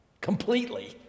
completely